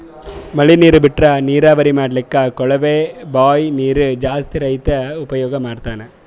ಮಳಿ ನೀರ್ ಬಿಟ್ರಾ ನೀರಾವರಿ ಮಾಡ್ಲಕ್ಕ್ ಕೊಳವೆ ಬಾಂಯ್ ನೀರ್ ಜಾಸ್ತಿ ರೈತಾ ಉಪಯೋಗ್ ಮಾಡ್ತಾನಾ